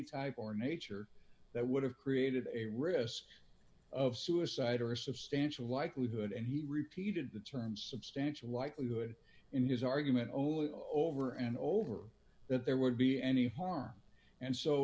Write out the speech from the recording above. type or nature that would have created a risk of suicide or a substantial likelihood and he repeated the term substantial likelihood in his argument only over and over that there would be any harm and so